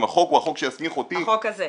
החוק הוא החוק שיסמיך אותי -- החוק הזה.